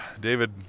David